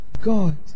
God